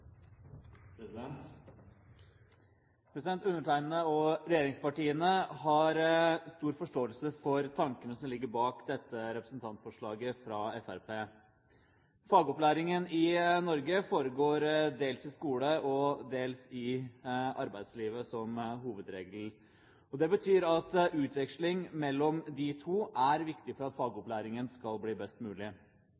Undertegnede og regjeringspartiene har stor forståelse for tankene som ligger bak dette representantforslaget fra Fremskrittspartiet. Fagopplæringen i Norge foregår dels i skole og dels i arbeidslivet som hovedregel. Det betyr at utveksling mellom de to er viktig for at